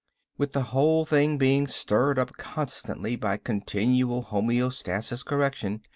with the whole thing being stirred up constantly by continual homeostasis correction.